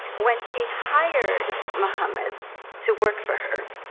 when she hired muhammed to work for her,